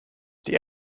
die